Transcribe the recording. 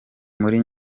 muri